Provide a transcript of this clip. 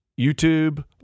YouTube